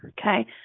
Okay